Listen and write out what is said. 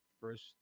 first